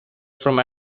from